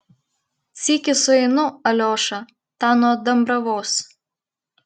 sykį sueinu aliošą tą nuo dambravos